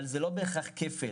אבל זה לא בהכרח כפל.